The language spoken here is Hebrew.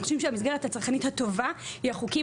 אנחנו חושבים שהמסגרת הצרכנית הטובה היא החוקים